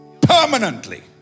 permanently